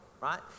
right